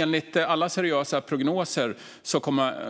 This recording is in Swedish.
Enligt alla seriösa prognoser